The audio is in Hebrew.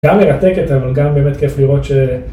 גם מרתקת אבל גם באמת כיף לראות ש...